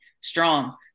strong